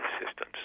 Assistance